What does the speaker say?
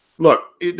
Look